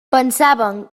pensaven